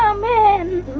um man